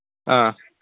ꯑꯥ